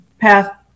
path